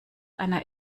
einer